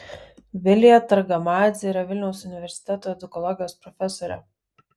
vilija targamadzė yra vilniaus universiteto edukologijos profesorė